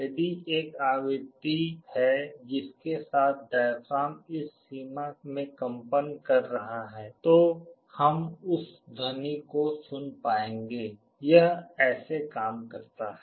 यदि एक आवृत्ति है जिसके साथ डायाफ्राम इस सीमा में कंपन कर रहा है तो हम उस ध्वनि को सुन पाएंगे यह ऐसे काम करता है